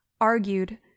argued